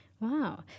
Wow